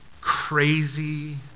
crazy